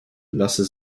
lasse